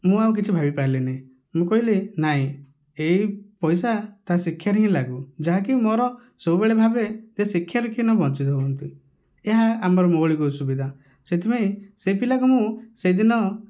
ମୁଁ ଆଉ କିଛି ଭାବିପାରିଲିନି ମୁଁ କହିଲି ନାଇଁ ଏଇ ପଇସା ତା ଶିକ୍ଷାରେ ହିଁ ଲାଗୁ ଯାହାକି ମୋର ସବୁବେଳେ ଭାବେ ଯେ ଶିକ୍ଷାରେ କେହି ନ ବଞ୍ଚିତ ହୁଅନ୍ତୁ ଏହା ଆମର ମୌଳିକ ସୁବିଧା ସେଥିପାଇଁ ସେ ପିଲାକୁ ମୁଁ ସେଦିନ